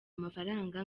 amafaranga